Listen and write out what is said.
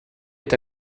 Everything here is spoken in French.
est